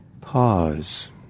pause